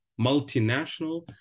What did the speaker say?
multinational